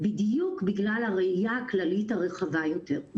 בדיוק בגלל הראיה הכללית הרחבה יותר.